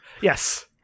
Yes